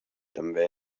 també